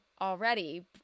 already